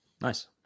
nice